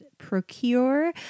procure